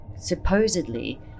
Supposedly